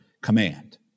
command